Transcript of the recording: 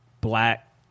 black